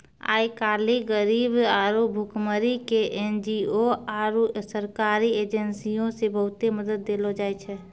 आइ काल्हि गरीबी आरु भुखमरी के एन.जी.ओ आरु सरकारी एजेंसीयो से बहुते मदत देलो जाय छै